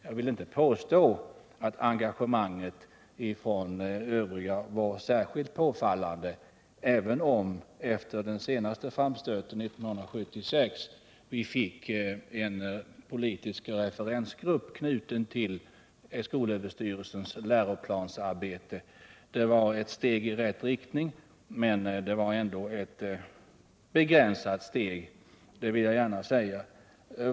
Jag vill inte påstå att engagemanget från övriga partier var särskilt påfallande, även om vi efter den senaste framstöten 1976 fick en politisk referensgrupp knuten till skolöverstyrelsens läroplansarbete. Det var ett steg i rätt riktning, men det var ändå ett begränsat steg.